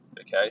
okay